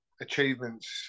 achievements